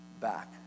back